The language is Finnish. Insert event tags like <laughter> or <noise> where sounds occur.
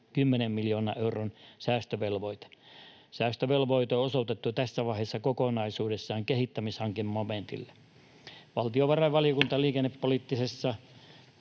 110 miljoonan euron säästövelvoite. Säästövelvoite on osoitettu tässä vaiheessa kokonaisuudessaan kehittämishankemomentille. <noise>